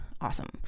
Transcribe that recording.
awesome